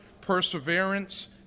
perseverance